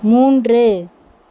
மூன்று